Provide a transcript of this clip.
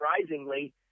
surprisingly